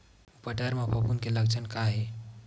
बटर म फफूंद के लक्षण का हे?